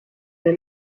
der